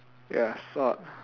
ya salt